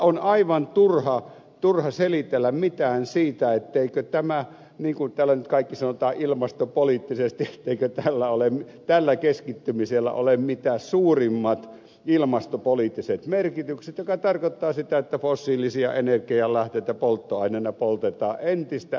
on aivan turha selitellä mitään siitä ettei tällä keskittymisellä ole niin kuin täällä nyt sanotaan ilmastopoliittisesti mitä suurimmat ilmastopoliittiset merkitykset mikä tarkoittaa sitä että fossiilisia energianlähteitä polttoaineina poltetaan entistä enemmän